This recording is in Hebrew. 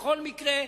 בכל מקרה,